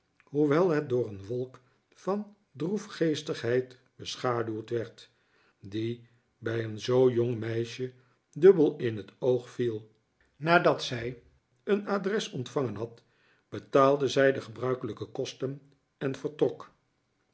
hoewel het door een wolk van droefgeestigheid beschaduwd werd die bij een zoo jong meisje dubbel in het oog viel nadat zij een adres ontvangen had betaalde zij de gebruikelijke kosten en vertrok